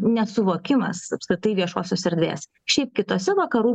nesuvokimas apskritai viešosios erdvės šiaip kitose vakarų